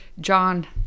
John